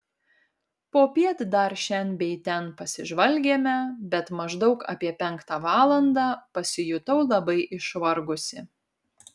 popiet dar šen bei ten pasižvalgėme bet maždaug apie penktą valandą pasijutau labai išvargusi